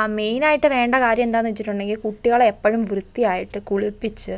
ആ മെയിനായിട്ട് വേണ്ട കാര്യം എന്താന്ന് വെച്ചിട്ടുണ്ടെങ്കിൽ കുട്ടികളെ എപ്പഴും വൃത്തിയായിട്ട് കുളിപ്പിച്ച്